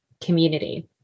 community